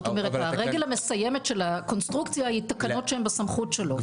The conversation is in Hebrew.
זאת אומרת הרגל המסיימת של הקונסטרוקציה היא תקנות שהן בסמכות שלו.